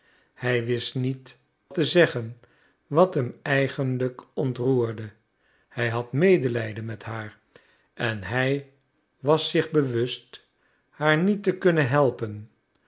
hij wist niet te zeggen wat hem eigenlijk ontroerde hij had medelijden met haar en hij was zich bewust haar niet te kunnen helpen